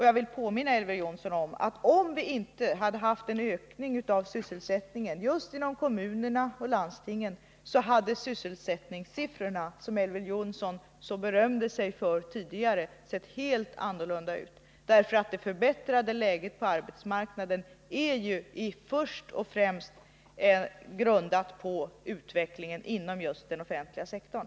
Jag vill påminna Elver Jonsson om att om vi inte haft ökningen av sysselsättningen just inom kommuner och landsting, hade de sysselsättningssiffror som Elver Jonsson berömde sig av tidigare sett helt annorlunda ut. Det förbättrade läget på arbetsmarknaden är ju först och främst grundat på utvecklingen inom just den offentliga sektorn.